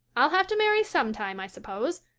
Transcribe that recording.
i'll have to marry sometime, i suppose,